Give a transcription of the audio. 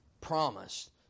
promised